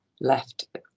left